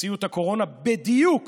מציאות הקורונה, בדיוק